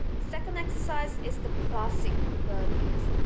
second exercise is the classic burpees.